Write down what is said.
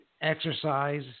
Exercise